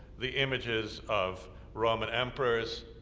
the images of roman emperors